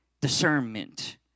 discernment